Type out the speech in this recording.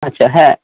আচ্ছা হ্যাঁ